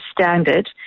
standard